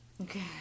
Okay